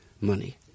money